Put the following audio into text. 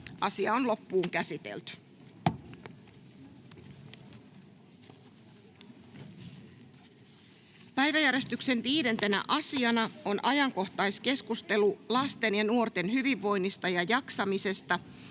Time: N/A Content: Päiväjärjestyksen 5. asiana on ajankohtaiskeskustelu lasten ja nuorten hyvinvoinnista ja jaksamisesta.